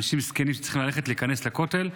אנשים זקנים שצריכים ללכת ולהיכנס לכותל,